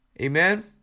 Amen